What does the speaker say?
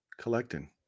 collecting